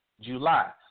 July